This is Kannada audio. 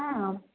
ಹಾಂ